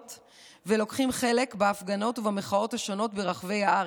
ולוקחים חלק בהפגנות ובמחאות השונות ברחבי הארץ.